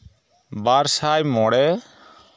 ᱵᱟᱨ ᱥᱟᱭ ᱢᱚᱬᱮ